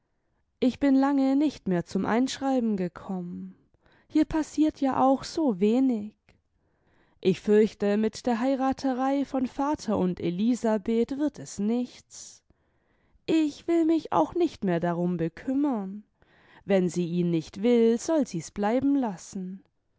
ich bin lange nicht mehr zum einschreiben gekommen hier passiert ja auch so wenig ich fürchte mit der heiraterei von vater imd elisabeth wird es nichts ich will mich auch nicht mehr darum bekümmern wenn sie ihn nicht will soll sie's bleiben lassen